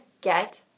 get